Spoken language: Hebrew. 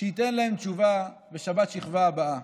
שייתן להן תשובה בשבת השכבה הבאה.